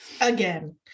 again